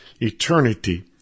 eternity